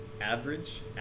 Average